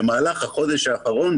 במהלך החודש האחרון,